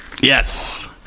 Yes